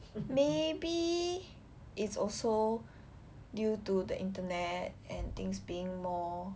maybe it's also due to the internet and things being more